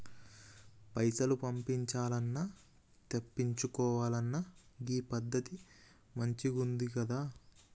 పైసలు పంపించాల్నన్నా, తెప్పిచ్చుకోవాలన్నా గీ పద్దతి మంచిగుందికదా